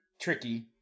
tricky